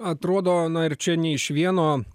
atrodo na ir čia nei iš vieno